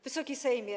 Wysoki Sejmie!